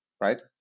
right